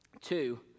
two